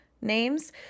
names